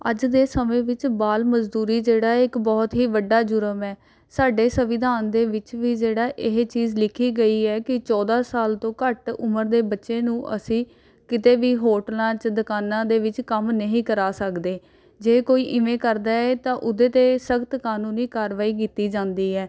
ਅੱਜ ਦੇ ਸਮੇਂ ਵਿੱਚ ਬਾਲ ਮਜ਼ਦੂਰੀ ਜਿਹੜਾ ਹੈ ਇੱਕ ਬਹੁਤ ਹੀ ਵੱਡਾ ਜੁਰਮ ਹੈ ਸਾਡੇ ਸੰਵਿਧਾਨ ਦੇ ਵਿੱਚ ਵੀ ਜਿਹੜਾ ਇਹ ਚੀਜ਼ ਲਿਖੀ ਗਈ ਹੈ ਕਿ ਚੌਦਾਂ ਸਾਲ ਤੋਂ ਘੱਟ ਉਮਰ ਦੇ ਬੱਚੇ ਨੂੰ ਅਸੀਂ ਕਿਤੇ ਵੀ ਹੋਟਲਾਂ 'ਚ ਦੁਕਾਨਾਂ ਦੇ ਵਿੱਚ ਕੰਮ ਨਹੀਂ ਕਰਾ ਸਕਦੇ ਜੇ ਕੋਈ ਇਵੇਂ ਕਰਦਾ ਹੈ ਤਾਂ ਉਹਦੇ 'ਤੇ ਸਖਤ ਕਾਨੂੰਨੀ ਕਾਰਵਾਈ ਕੀਤੀ ਜਾਂਦੀ ਹੈ